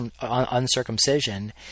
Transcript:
uncircumcision